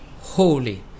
holy